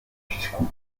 fiscaux